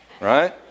right